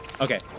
Okay